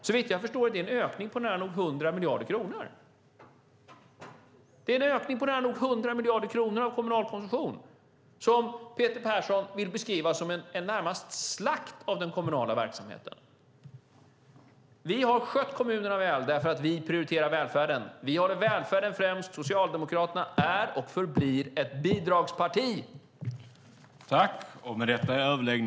Såvitt jag förstår är det en ökning på nära nog 100 miljarder kronor av kommunal konsumtion, som Peter Persson vill beskriva som närmast en slakt av den kommunala verksamheten. Vi har skött kommunerna väl därför att vi prioriterar välfärden. Vi håller välfärden främst. Socialdemokraterna är och förblir ett bidragsparti !